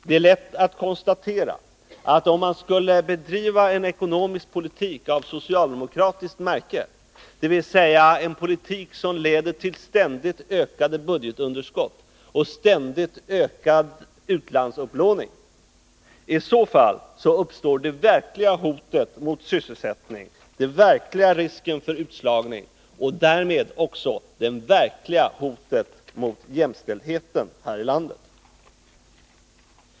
Det är lätt att konstatera att om det skulle bedrivas en ekonomisk politik av socialdemokratiskt märke, dvs. en politik som leder till ständigt ökade budgetunderskott och ständigt ökad utlandsupplåning, skulle det verkliga hotet mot sysselsättningen uppstå — den verkliga risken för utslagning och därmed också det verkliga hotet mot jämställdheten här i landet.